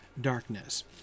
darkness